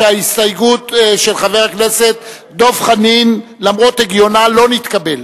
חבר הכנסת דב חנין, למרות הגיונה, לא נתקבלה.